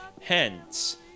Hence